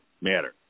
matter